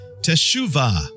Teshuvah